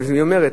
והיא אומרת: